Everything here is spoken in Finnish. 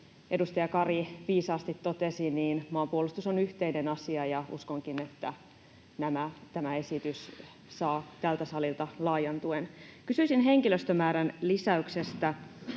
edustaja Kari viisaasti totesi, maanpuolustus on yhteinen asia, ja uskonkin, että tämä esitys saa tältä salilta laajan tuen. Kysyisin henkilöstömäärän lisäyksestä.